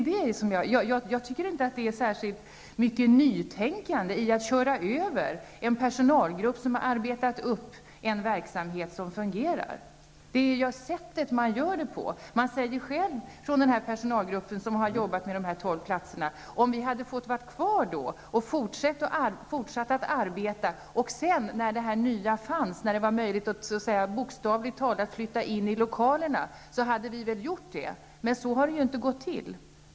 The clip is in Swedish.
Jag tycker inte att det ligger så mycket nytänkande i att köra över en personalgrupp som har arbetat upp en verksamhet som fungerar. Den personalgrupp som har jobbat med dessa 12 platser säger själv att om man hade fått vara kvar och fortsätta att arbeta tills detta nya fanns, när det var möjligt att bokstavligt talat flytta in i lokalerna, hade man gjort det. Men så har det inte gått till.